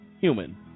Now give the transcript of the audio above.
human